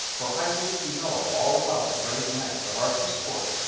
for i wish to know all about the brave knights of arthur's court.